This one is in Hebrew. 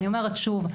אני אומרת שוב,